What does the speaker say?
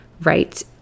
right